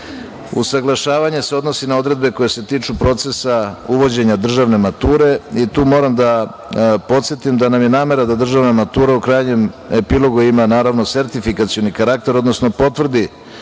vama. Usaglašavanje se odnosi na odredbe koje se tiču procesa uvođenja državne mature i tu moram da podsetim da nam je namera da državna matura u krajnjem epilogu ima naravno sertifikacioni karakter, odnosno potvrdi